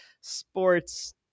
sports